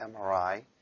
MRI